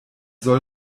soll